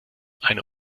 eine